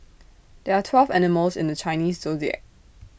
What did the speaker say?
there are twelve animals in the Chinese Zodiac